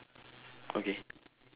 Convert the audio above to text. okay